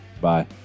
bye